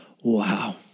Wow